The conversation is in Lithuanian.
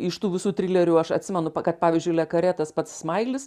iš tų visų trilerių aš atsimenu kad pavyzdžiui lekarė tas pats smailis